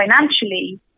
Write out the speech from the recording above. financially